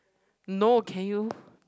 no can you